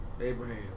Abraham